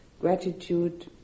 Gratitude